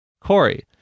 Corey